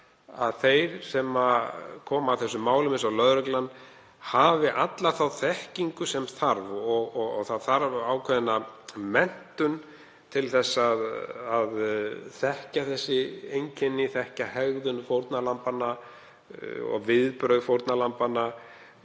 þeir sem koma að þessum málum, eins og lögreglan, hafi alla þá þekkingu sem þarf. Það þarf ákveðna menntun til að þekkja þessi einkenni, þekkja hegðun fórnarlambanna og viðbrögð. Það